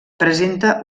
presenta